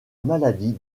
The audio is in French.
maladie